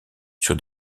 sur